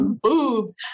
boobs